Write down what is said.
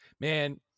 man